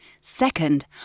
Second